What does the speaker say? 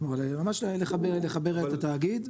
ממש לחבר את התאגיד.